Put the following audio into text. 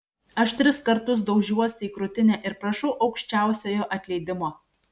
aš tris kartus daužiuosi į krūtinę ir prašau aukščiausiojo atleidimo